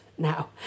now